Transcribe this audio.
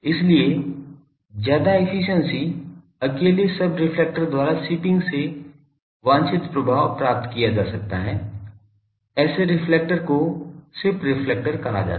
इसलिए ज्यादा एफिशिएंसी अकेले सब रेफ्लेक्टर् द्वारा शिपिंग से वांछित प्रभाव प्राप्त किया जा सकता है ऐसे रिफ्लेक्टर को शिप रिफ्लेक्टर कहा जाता है